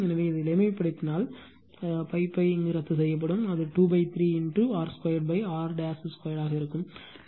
எனவே இதை எளிமைப்படுத்தினால் பை பை ரத்துசெய்யப்படும் அது 23 r 2 r 2 ஆக இருக்கும்